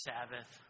Sabbath